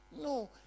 no